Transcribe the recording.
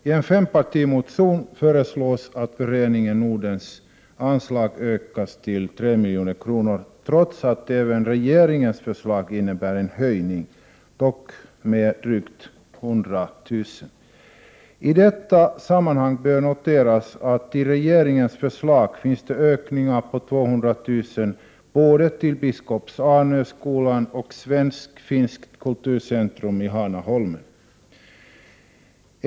I en fempartimotion föreslås att Föreningen Nordens anslag ökas till 3 milj.kr., trots att även regeringens förslag innebär en höjning, med drygt 100 000 kr. I detta sammanhang bör noteras att det i regeringens förslag finns ökningar på 200 000 kr. både till Biskops-Arnö-skolan och till det svenskfinska kulturcentret i Hanaholmen.